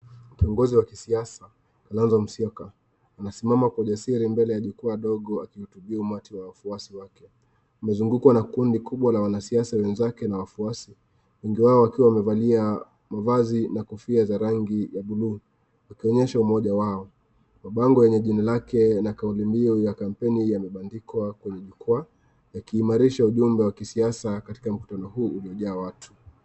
Kiongozi wa kisisasa Kalonzo Musyoka, amesimama kwa ujasiri mbele ya jukwaa ndogo akihutubia umati wa wafuasi wake. Amezungukwa na kundi kubwa la wanasiasa wenzake na wafuasi, wengi wao wakiwa wamevalia mavazi na kofia za rangu ya bluu wakionyesha umoja wao. Mabango yenye jina lake na kauli mbio ya kampeni yamebandikwa kwenye jukwaa, yakiimarisha ujumbe wa kisisasa katika mkutano huu uliyojaa watu.